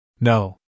No